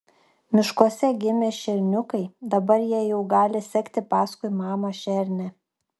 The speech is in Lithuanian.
miškuose gimė šerniukai dabar jie jau gali sekti paskui mamą šernę